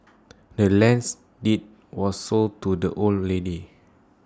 the land's deed was sold to the old lady